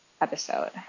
episode